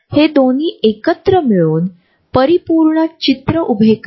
आपण भाषण करीत असताना मी आपल्या सार्वजनिक जागेत श्रोते म्हणून असतो